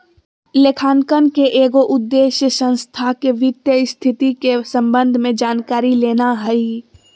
लेखांकन के एगो उद्देश्य संस्था के वित्तीय स्थिति के संबंध में जानकारी लेना हइ